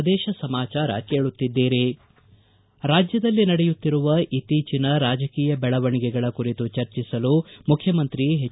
ಪ್ರದೇಶ ಸಮಾಚಾರ ಕೇಳುತ್ತಿದ್ದೀರಿ ರಾಜ್ಯದಲ್ಲಿ ನಡೆಯುತ್ತಿರುವ ಇತ್ತೀಚಿನ ರಾಜಕೀಯ ಬೆಳವಣಿಗೆಗಳ ಕುರಿತು ಚರ್ಚಿಸಲು ಮುಖ್ಯಮಂತ್ರಿ ಎಚ್